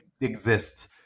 exist